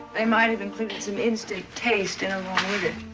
they might've included some instant taste in along with it.